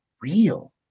real